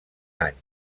anys